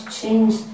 change